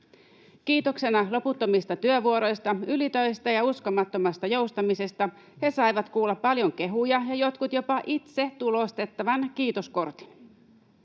Kiitoksena loputtomista työvuoroista, ylitöistä ja uskomattomasta joustamisesta he saivat kuulla paljon kehuja ja jotkut jopa itse tulostettavan kiitoskortin.